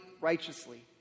righteously